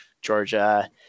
Georgia